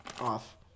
off